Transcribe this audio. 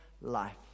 life